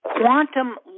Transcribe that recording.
quantum